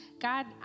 God